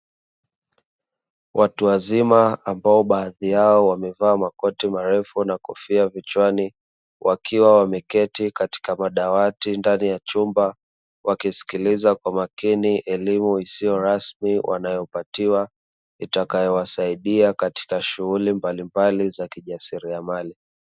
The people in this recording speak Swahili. Watuwazima ambao baadhi yao wamevaa makoti marefu na kofia vichwani wakiwa wameketi katika madawati ndani ya chumba, wakisikiliza kwa makini elimu isiyo rasmi wanayopatiwa itakayowasaidia katika shughuli mbalimbali za kijasiriamali.